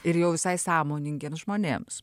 ir jau visai sąmoningiems žmonėms